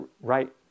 right